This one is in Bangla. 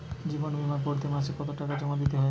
জীবন বিমা করতে মাসে কতো টাকা জমা দিতে হয়?